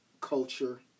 culture